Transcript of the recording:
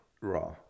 raw